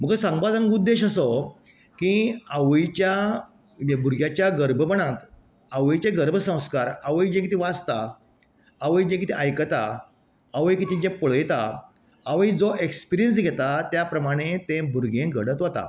म्हजो सांगपा सारको उद्देश असो की आवयच्या भुरग्याच्या गर्भपणांत आवयचे गर्भ संस्कार आवय जे कितें वाचता आवय जे कितें आयकता आवय कितें जें पळयता आवय जो एक्सपिर्यन्स घेता त्या प्रमाणे तें भुरगें घडत वता